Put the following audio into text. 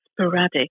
sporadic